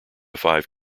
five